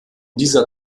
dieser